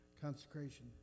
consecration